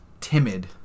timid